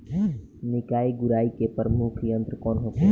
निकाई गुराई के प्रमुख यंत्र कौन होखे?